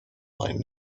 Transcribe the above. line